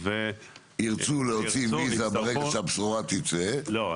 --- וירצו להוציא ויזה ברגע שהבשורה תצא --- לא,